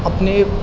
اپنے